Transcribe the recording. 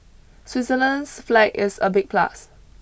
Switzerland's flag is a big plus